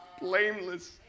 blameless